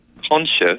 conscious